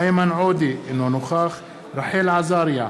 איימן עודה, אינו נוכח רחל עזריה,